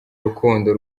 rukundo